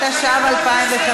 התשע"ו 2015,